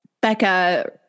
Becca